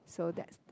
so that's the